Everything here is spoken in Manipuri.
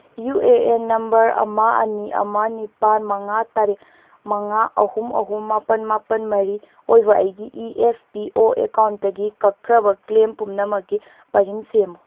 ꯌꯨ ꯑꯦ ꯑꯦꯟ ꯅꯝꯕꯔ ꯑꯃ ꯑꯅꯤ ꯑꯃ ꯅꯤꯄꯥꯜ ꯃꯉꯥ ꯇꯔꯦꯠ ꯃꯉꯥ ꯑꯍꯨꯝ ꯑꯍꯨꯝ ꯃꯥꯄꯜ ꯃꯥꯄꯜ ꯃꯔꯤ ꯑꯣꯏꯕ ꯑꯩꯒꯤ ꯏ ꯑꯦꯐ ꯄꯤ ꯑꯣ ꯑꯦꯀꯥꯎꯟꯗꯒꯤ ꯀꯛꯈ꯭ꯔꯕ ꯀ꯭ꯂꯦꯝ ꯄꯨꯝꯅꯃꯛꯀꯤ ꯄꯔꯤꯡ ꯁꯦꯝꯃꯨ